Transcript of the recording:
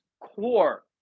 core